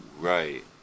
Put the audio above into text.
right